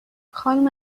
خانم